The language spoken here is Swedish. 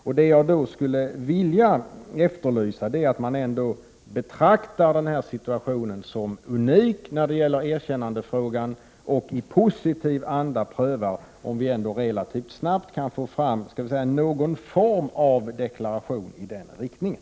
Vad jag skulle vilja efterlysa är att man betraktar den här situationen som unik när det gäller erkännandefrågan och i positiv anda prövar om vi relativt snabbt kan få fram någon form av deklaration i den riktningen.